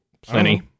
Plenty